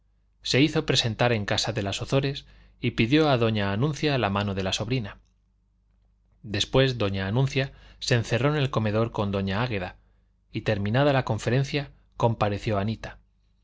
se hizo presentar en casa de las ozores y pidió a doña anuncia la mano de la sobrina después doña anuncia se encerró en el comedor con doña águeda y terminada la conferencia compareció anita